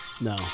No